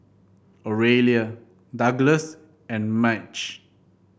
Oralia Douglas and Madge